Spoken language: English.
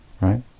Right